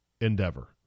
endeavor